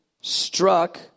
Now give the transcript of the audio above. struck